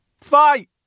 Fight